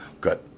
good